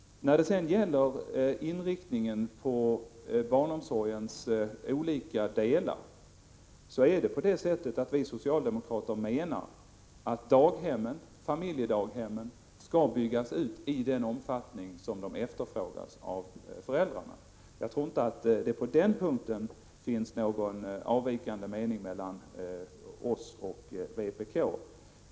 När det sedan gäller inriktningen på barnomsorgen eller delar av den, menar vi socialdemokrater att daghemmen och familjedaghemmen skall byggas ut i den omfattning som de efterfrågas av föräldrarna. Jag tror inte att vi på den punkten har någon från vpk avvikande mening.